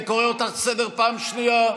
אני קורא אותך לסדר בפעם השנייה.